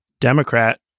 Democrat